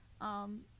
Um-